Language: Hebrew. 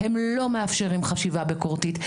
הם לא מאפשרים חשיבה ביקורתית.